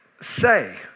Say